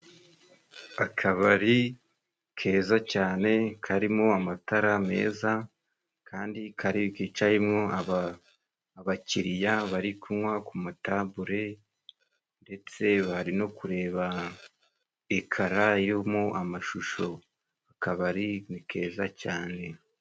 Akabari keza cyane karimo amatara meza, kandi kari kicayemwo abakiriya bari kunywa ku matabure. Ndetse bari no kureba ikara irimo amashusho akabari ni keza cyane.